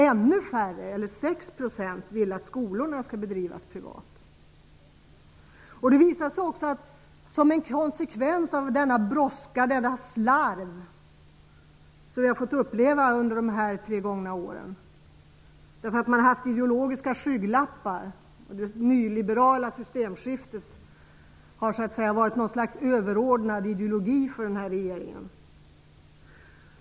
Ännu färre, 6 %, vill att skolorna skall drivas i privat regi. Man har på grund av de ideologiska skygglappar som man har haft gått fram med brådska och slarv under de senaste tre åren. Det nyliberala systemskiftet har varit ett slags överordnad ideologi för regeringen.